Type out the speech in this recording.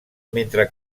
mentre